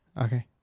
Okay